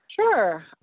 Sure